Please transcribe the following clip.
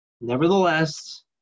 nevertheless